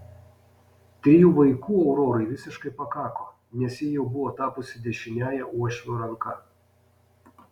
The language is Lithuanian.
trijų vaikų aurorai visiškai pakako nes ji jau buvo tapusi dešiniąja uošvio ranka